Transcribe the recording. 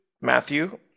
Matthew